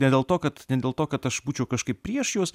ne dėl to kad ne dėl to kad aš būčiau kažkaip prieš juos